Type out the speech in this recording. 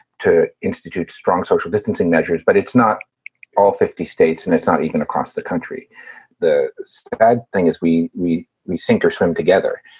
to institute strong social distancing measures. but it's not all fifty states and it's not even across the country the bad thing is we we we sink or swim together.